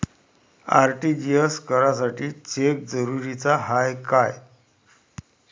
RTGS करासाठी cheque जरुरीचा हाय काय?